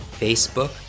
Facebook